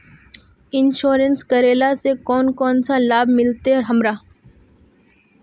Insurance करेला से कोन कोन सा लाभ मिलते हमरा?